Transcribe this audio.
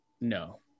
No